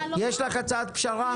יש לך הצעת פשרה?